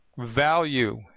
value